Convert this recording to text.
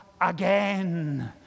again